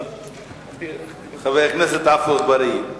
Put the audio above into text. חבר הכנסת עפו אגבאריה.